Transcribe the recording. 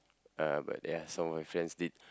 uh but ya some of my friends did